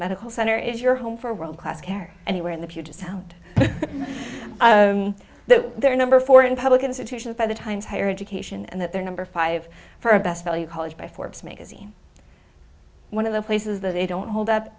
medical center is your home for world class care and where in the puget sound the there are number four in public institutions by the times higher education and that their number five for a best value college by forbes magazine one of the places that they don't hold up